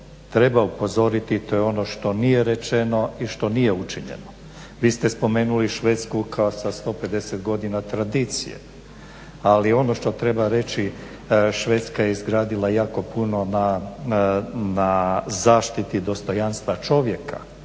treba upozoriti, to je ono što nije rečeno i što nije učinjeno. Vi ste spomenuli Švedsku kao s 150 godina tradicije, ali ono što treba reći, Švedska je izgradila jako puno na zaštiti dostojanstva čovjeka,